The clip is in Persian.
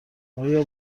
آیا